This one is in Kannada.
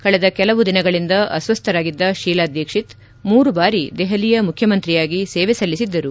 ಕಳೆದ ಕೆಲವು ದಿನಗಳಿಂದ ಅಸ್ವಸ್ಥರಾಗಿದ್ದ ಶೀಲಾ ದೀಕ್ಷಿತ್ ಮೂರು ಬಾರಿ ದೆಹಲಿಯ ಮುಖ್ಯಮಂತ್ರಿಯಾಗಿ ಸೇವೆ ಸಲ್ಲಿಸಿದ್ದರು